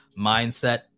mindset